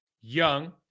young